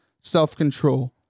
self-control